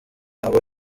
abo